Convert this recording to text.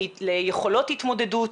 ליכולות התמודדות.